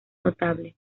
notable